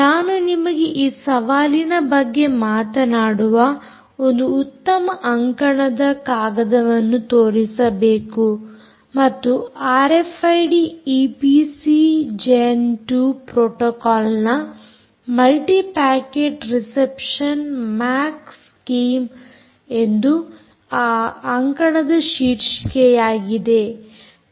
ನಾನು ನಿಮಗೆ ಈ ಸವಾಲಿನ ಬಗ್ಗೆ ಮಾತನಾಡುವ ಒಂದು ಉತ್ತಮ ಅಂಕಣದ ಕಾಗದವನ್ನು ತೋರಿಸಬೇಕು ಮತ್ತು ಆರ್ಎಫ್ಐಡಿ ಈಪಿಸಿ ಜೆನ್2 ಪ್ರೋಟೋಕಾಲ್ನ multi packet reception MAC scheme ಎಂದು ಆ ಅಂಕಣದ ಶೀರ್ಷಿಕೆಯಾಗಿದೆ